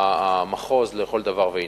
המחוז לכל דבר ועניין.